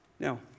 Now